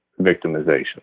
victimization